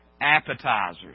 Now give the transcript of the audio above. appetizers